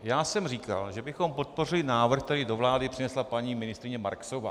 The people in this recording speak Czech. Já jsem říkal, že bychom podpořili návrh, který do vlády přinesla paní ministryně Marksová.